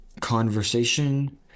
conversation